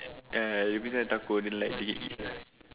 ya they put inside the taco and then like they eat